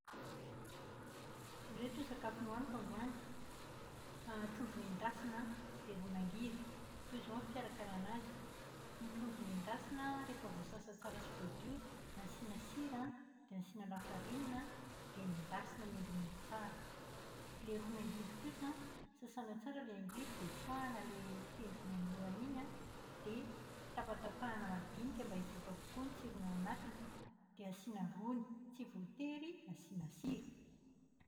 Ireto ny sakafo nohaniko androany. Trondro nendasina dia ron'angivy. Toy izao ny fikarakarana azy. Ny trondro nendasina rehefa voasasa tsara sy voadio, nasiana sira an dia asiana lafarinina, dia nendasina mendimendy tsara. Ilay ron'angivy kosa, sasàna tsara ny angivy dia tsoahina ilay tenrony eo amin'ny lohany iny an, dia tapatapahana madinika mba hivoaka daholo ny tsiro ao anatiny, dia asiana rony. Tsy voatery asiana sira.